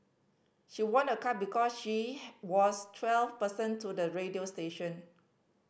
she won a car because she was twelfth person to the radio station